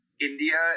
India